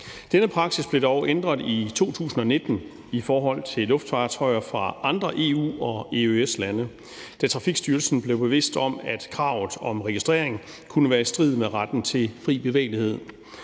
Denne praksis blev dog ændret i 2019 i forhold til luftfartøjer fra andre EU- og EØS-lande, da Trafikstyrelsen blev bevidst om, at kravet om registrering kunne være i strid med retten til fri bevægelighed.